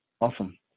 Awesome